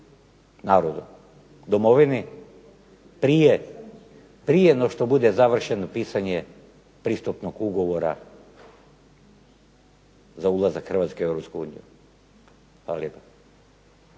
narodu, domovini prije no što bude završeno pisanje pristupnog ugovora za ulazak Hrvatske u EU. **Šeks,